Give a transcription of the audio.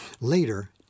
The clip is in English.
Later